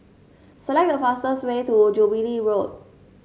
select the fastest way to Jubilee Road